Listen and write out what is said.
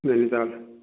Nainital